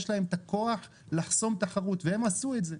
יש להם את הכוח לחסום תחרות והם עשו את זה.